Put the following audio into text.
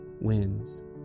wins